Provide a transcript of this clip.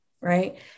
right